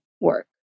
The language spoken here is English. work